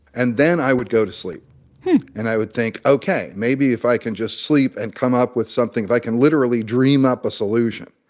and then i would go to sleep hmm and i would think, okay, maybe if i can just sleep and come up with something. if i can literally dream up a solution.